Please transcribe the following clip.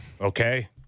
Okay